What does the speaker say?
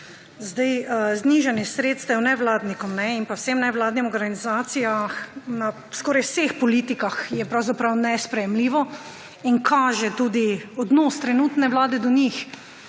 Znižanje sredstev nevladnikom in vsem nevladnim organizacijam na skoraj vseh politikah je pravzaprav nesprejemljivo in kaže tudi odnos trenutne vlade do njih.